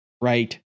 right